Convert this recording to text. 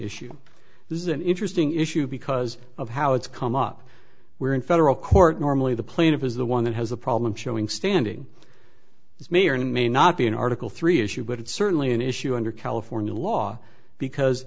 is an interesting issue because of how it's come up where in federal court normally the plaintiff is the one that has a problem showing standing this may or may not be an article three issue but it's certainly an issue under california law because